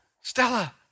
Stella